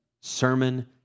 sermon